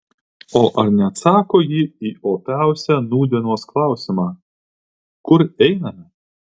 o ar neatsako ji į opiausią nūdienos klausimą kur einame